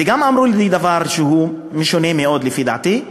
והם גם אמרו לי דבר שהוא משונה מאוד, לפי דעתי.